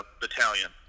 battalion